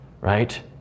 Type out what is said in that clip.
right